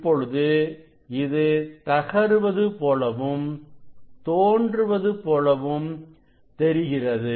இப்பொழுது இது தகருவது போலவும் தோன்றுவது போலவும் தெரிகிறது